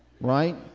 right